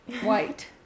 White